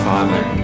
Father